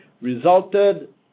resulted